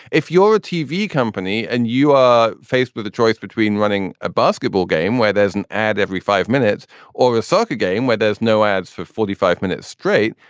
if you're a tv company and you are faced with a choice between running a basketball game where there's an ad every five minutes or a soccer game where there's no ads for forty five minutes straight.